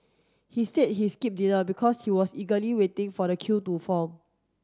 he said he skipped dinner because he was eagerly waiting for the queue to form